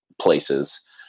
places